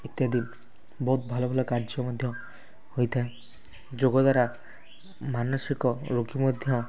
ଇତ୍ୟାଦି ବହୁତ ଭଲ ଭଲ କାର୍ଯ୍ୟ ମଧ୍ୟ ହୋଇଥାଏ ଯୋଗ ଦ୍ୱାରା ମାନସିକ ରୋଗୀ ମଧ୍ୟ